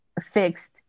fixed